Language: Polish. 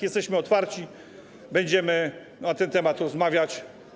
Jesteśmy otwarci, będziemy na ten temat rozmawiać.